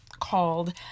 called